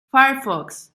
firefox